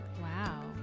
Wow